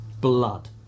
Blood